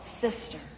sister